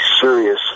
serious